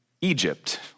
Egypt